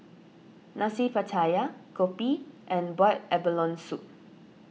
Nasi Pattaya Kopi and Boiled Abalone Soup